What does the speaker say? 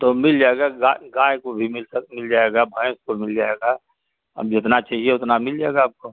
तो मिल जाएगा गाय को भी मिलता मिल जाएगा भैंस को मिल जाएगा अब जितना चाहिए उतना मिल जाएगा आपको